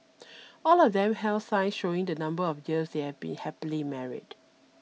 all of them held signs showing the number of years they had been happily married